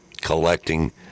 collecting